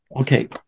Okay